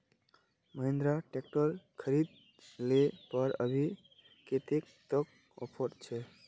Mahindra tractor खरीद ले पर अभी कतेक तक ऑफर छे?